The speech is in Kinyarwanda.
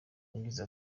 yagize